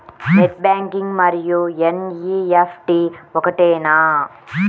Net banking మరియు NEFT ఒకటేనా?